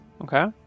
Okay